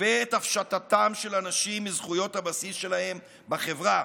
ואת הפשטתם של אנשים מזכויות הבסיס שלהם בחברה.